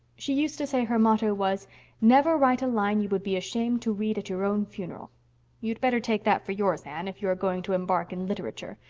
she used to say her motto was never write a line you would be ashamed to read at your own funeral you'd better take that for yours, anne, if you are going to embark in literature.